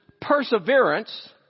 perseverance